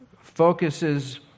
focuses